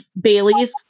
bailey's